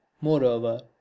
moreover